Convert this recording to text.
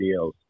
videos